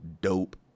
dope